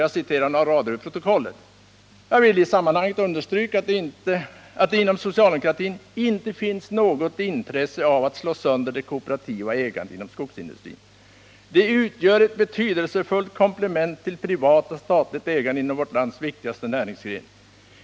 Jag citerar några rader ur protokollet: ”Jag vill också i sammanhanget understryka att det inom socialdemokratin inte finns något intresse av att slå sönder det kooperativa ägandet inom skogsindustrin. Det utgör ett betydelsefullt komplement till privat och statligt ägande inom vårt lands viktigaste näringsgren.